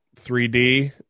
3D